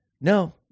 No